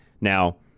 Now